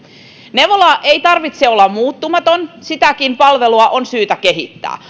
neuvolan ei tarvitse olla muuttumaton sitäkin palvelua on syytä kehittää